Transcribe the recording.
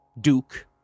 duke